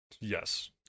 Yes